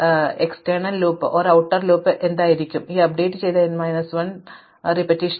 അതിനാൽ ഈ അൽഗോരിത്തിന്റെ സങ്കീർണ്ണത എന്താണ് ഈ ബാഹ്യ ലൂപ്പ് എവിടെയായിരിക്കും അതിനാൽ ഞങ്ങൾ ഈ അപ്ഡേറ്റ് n മൈനസ് 1 തവണ പ്രവർത്തിപ്പിക്കും